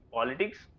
Politics